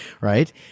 right